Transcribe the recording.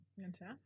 Fantastic